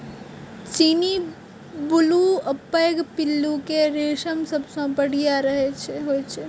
चीनी, बुलू आ पैघ पिल्लू के रेशम सबसं बढ़िया होइ छै